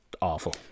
awful